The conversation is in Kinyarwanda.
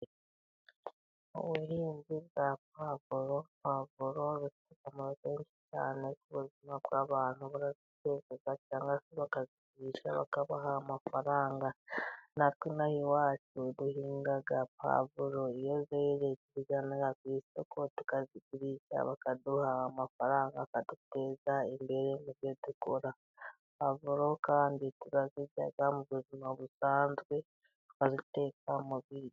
Ubuhinzi bwa puwavuro buba bwiza cyane. Puwavuro zifite akamaro ku buzima bw'abantu. Baraziteka cyangwa se bakazigurisha, bakabaha amafaranga. Natwe ino aha iwacu duhinga puwavuro . Iyo zeze tuzijyana ku isoko tukazigurisha bakaduha amafaranga tukiteza imbere. Puwavuro turazirya kandi tuziteka mu biryo.